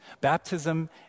Baptism